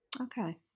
Okay